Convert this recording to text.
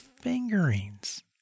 fingerings